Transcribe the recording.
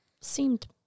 Seemed